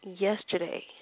yesterday